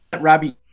Robbie